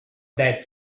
that